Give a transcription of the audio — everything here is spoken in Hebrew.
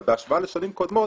אבל בהשוואה לשנים קודמות